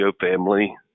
family